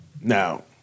Now